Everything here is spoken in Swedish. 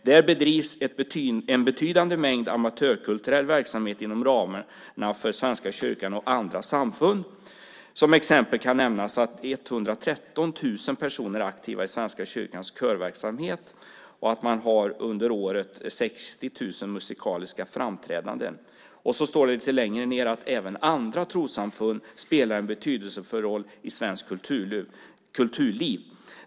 Där står även följande: "Därtill bedrivs en betydande mängd amatörkulturell verksamhet inom ramarna för Svenska kyrkan och andra samfund. Som exempel kan nämnas att 113 000 personer är aktiva i Svenska kyrkans körverksamhet. Svenska kyrkan svarar årligen för runt 60 000 musikaliska framträdanden." Lite längre ned står det: "Även andra trossamfund spelar en betydelsefull roll i svenskt kulturliv.